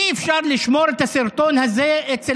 אי-אפשר לשמור את הסרטון הזה אצל